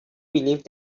believed